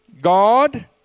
God